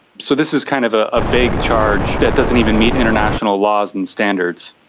so this is kind of a ah vague charge that doesn't even meet international laws and standards.